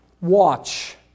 Watch